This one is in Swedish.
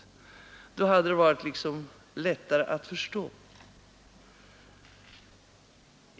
Då hade det varit lättare att förstå.